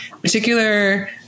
particular